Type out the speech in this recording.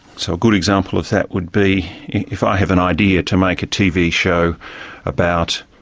so a good example of that would be if i have an idea to make a tv show about